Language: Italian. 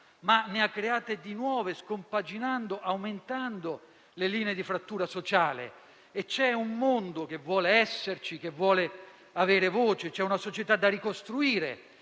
ma ne ha create di nuove, scompaginando e aumentando le linee di frattura sociale. C'è un mondo che vuole esserci, che vuole avere voce, c'è una società da ricostruire